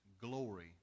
glory